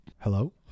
Hello